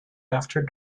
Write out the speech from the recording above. after